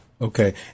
Okay